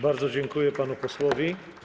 Bardzo dziękuję panu posłowi.